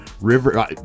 River